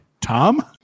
tom